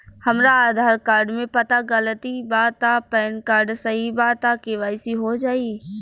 हमरा आधार कार्ड मे पता गलती बा त पैन कार्ड सही बा त के.वाइ.सी हो जायी?